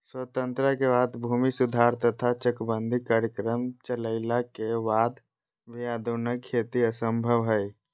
स्वतंत्रता के बाद भूमि सुधार तथा चकबंदी कार्यक्रम चलइला के वाद भी आधुनिक खेती असंभव हई